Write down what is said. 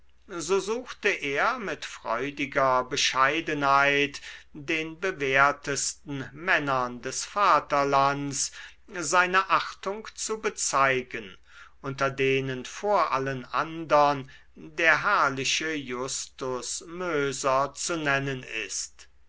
so suchte er mit freudiger bescheidenheit den bewährtesten männern des vaterlands seine achtung zu bezeigen unter denen vor allen andern der herrliche justus möser zu nennen ist